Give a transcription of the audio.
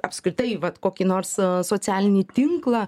apskritai vat kokį nors socialinį tinklą